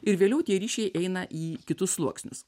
ir vėliau tie ryšiai eina į kitus sluoksnius